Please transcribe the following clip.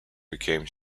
became